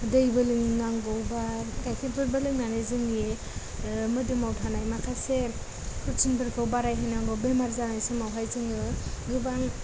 दैबो लोंनांगौ बा गायखेरफोरबो लोंनानै जोंनि मोदोमाव थानाय माखासे प्रटिनफोरखौ बारायहोनांगौ बेमार जानाय समावहाय जोङो गोबां